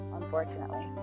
unfortunately